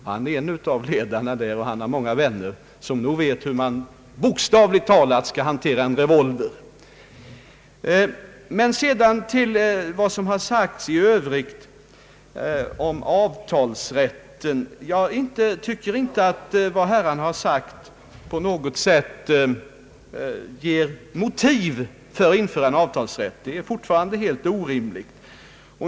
Han är en av ledarna där, och han har många vänner som nog vet hur man — bokstavligt talat — skall hantera en revolver. Sedan till vad som i övrigt har sagts om avtalsrätten. Vad herrarna har sagt ger inte på något sätt motiv för att införa en avtalsrätt. Det är fortfarande helt orimligt.